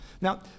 Now